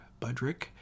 Budrick